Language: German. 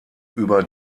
über